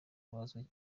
bazwi